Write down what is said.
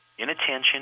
inattention